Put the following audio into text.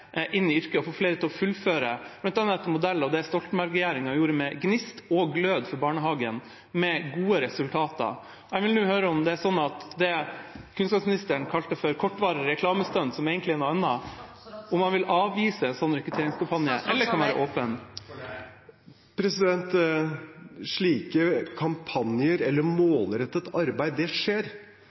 inn i yrket og flere til å fullføre, bl.a. etter modell av det Stoltenberg-regjeringa gjorde med GNIST-kampanjen og GLØD-kampanjen for barnehagen, med gode resultater. Jeg vil høre om kunnskapsministeren vil avvise eller være åpen for slike rekrutteringskampanjer – det han kalte for kortvarige reklamestunt, som egentlig er noe